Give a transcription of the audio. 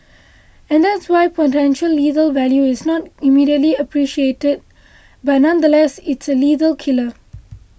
and that's why potential lethal value is not immediately appreciated but nonetheless it's a lethal killer